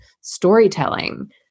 storytelling